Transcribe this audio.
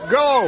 go